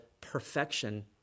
perfection